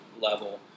level